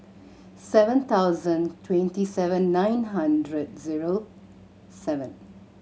seven thousand twenty seven nine hundred zero seven